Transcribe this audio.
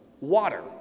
water